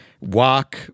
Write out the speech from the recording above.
walk